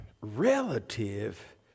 relative